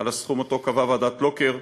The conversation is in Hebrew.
על הסכום שקבעה ועדת לוקר,